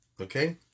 Okay